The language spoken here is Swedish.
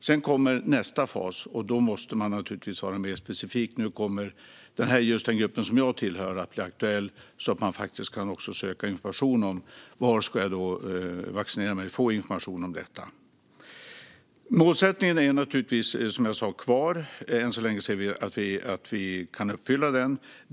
Sedan kommer nästa fas, och då måste man naturligtvis vara mer specifik - nu kommer just den grupp som du tillhör att bli aktuell - så att du kan söka och få information om var du ska vaccinera dig. Målsättningen är som sagt kvar. Än så länge ser vi att vi kan uppfylla den.